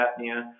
apnea